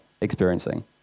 experiencing